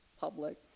Public